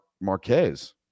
Marquez